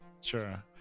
Sure